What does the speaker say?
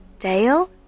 Dale